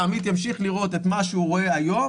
העמית ימשיך לראות את מה שהוא רואה היום,